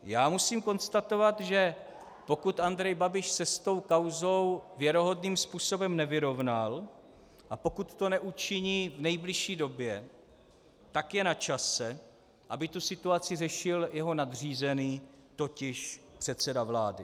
Já musím konstatovat, že pokud Andrej Babiš se s tou kauzou věrohodným způsobem nevyrovnal a pokud to neučiní v nejbližší době, tak je na čase, aby tu situaci řešil jeho nadřízený, totiž předseda vlády.